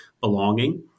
belonging